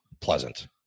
pleasant